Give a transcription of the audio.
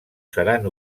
seran